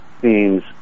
themes